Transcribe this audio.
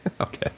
Okay